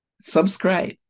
subscribe